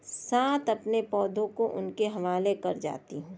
سات اپنے پودوں کو ان کے حوالے کر جاتی ہوں